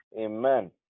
Amen